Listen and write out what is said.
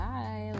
Bye